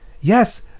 yes